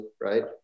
right